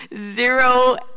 zero